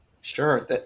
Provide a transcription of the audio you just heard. Sure